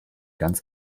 ganz